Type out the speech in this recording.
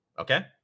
Okay